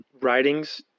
writings